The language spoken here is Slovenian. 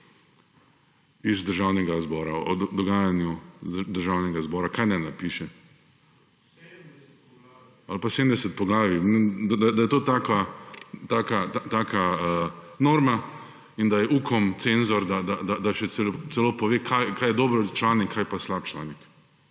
iz državnega zbora, o dogajanju državnega zbora. Kaj naj napiše? Ali pa 70 poglavij. Da je to taka norma in da je Ukom cenzor, da še celo pove kaj je dobro za članek, kaj pa slabše.